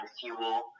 fuel